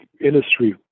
industry